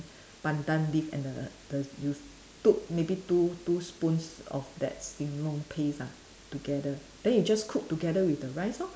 Pandan leaf and the the you took maybe two two spoons of that sing long paste ah together then you just cook together with the rice lor